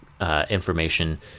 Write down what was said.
Information